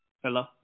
Hello